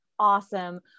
awesome